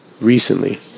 recently